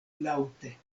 laŭte